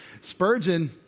Spurgeon